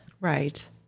Right